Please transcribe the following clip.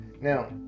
now